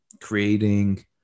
creating